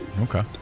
Okay